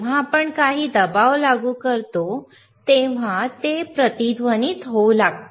जेव्हा आपण काही दबाव लागू करतो तेव्हा ते प्रतिध्वनीत होऊ लागते